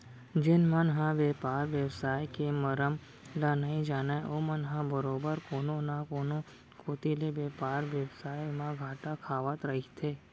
जेन मन ह बेपार बेवसाय के मरम ल नइ जानय ओमन ह बरोबर कोनो न कोनो कोती ले बेपार बेवसाय म घाटा खावत रहिथे